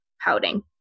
pouting